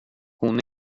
hon